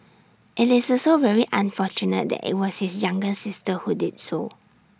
IT is also very unfortunate that IT was his younger sister who did so